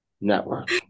Network